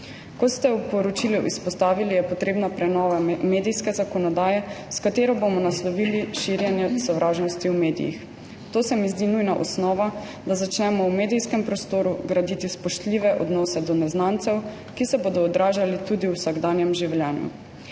Kot ste v poročilu izpostavili, je potrebna prenova medijske zakonodaje, s katero bomo naslovili širjenje sovražnosti v medijih. To se mi zdi nujna osnova, da začnemo v medijskem prostoru graditi spoštljive odnose do neznancev, ki se bodo odražali tudi v vsakdanjem življenju.